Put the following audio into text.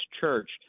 Church